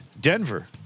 Denver